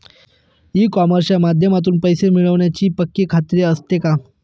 E कॉमर्सच्या माध्यमातून पैसे मिळण्याची पक्की खात्री असते का?